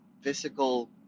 physical